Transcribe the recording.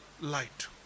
light